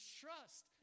trust